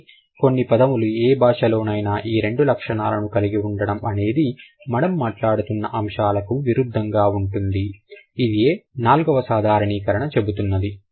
కానీ కొన్ని పదములు ఏ భాషలోనైనా ఈ రెండు లక్షణాలు కలిగి ఉండటం అనేది మనం మాట్లాడుతున్న అంశాలకు విరుద్ధంగా ఉంటుంది ఇదియే నాలుగవ సాధారణీకరణ చెబుతున్నది